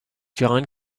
john